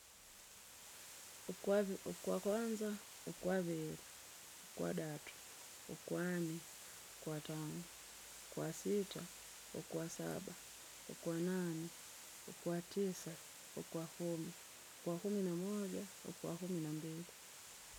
Ukwavi, ukwakwanza, ukwaviri, ukwadatu, ukwanne, ukwatano, ukwasita, ukwasaba, ukwanane, ukwatisa, ukwakumi, ukwakumi namoja, ukwakumi nambili.